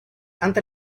ante